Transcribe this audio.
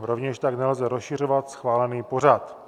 Rovněž tak nelze rozšiřovat schválený pořad.